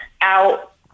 out